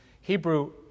Hebrew